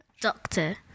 Doctor